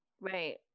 Right